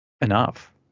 enough